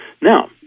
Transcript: Now